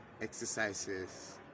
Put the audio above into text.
exercises